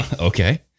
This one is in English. Okay